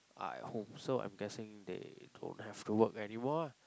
are at home so I'm guessing they don't have to work anymore ah